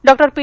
doctor P